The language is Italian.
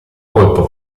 colpo